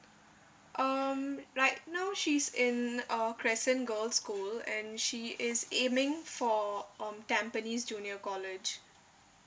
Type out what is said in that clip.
um right now she's in uh crescent girls school and she is aiming for um tampines junior college